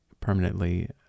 permanently